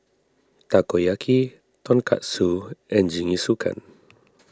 Takoyaki Tonkatsu and Jingisukan